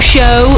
Show